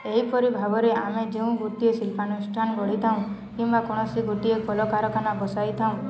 ଏହିପରି ଭାବରେ ଆମେ ଯେଉଁ ଗୋଟିଏ ଶିଳ୍ପାନୁଷ୍ଠାନ ଗଢ଼ିଥାଉ କିମ୍ବା କୌଣସି ଗୋଟିଏ କଲକାରଖାନା ବସାଇଥାଉ